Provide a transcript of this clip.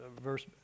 verse